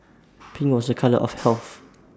pink was A colour of health